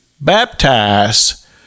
baptize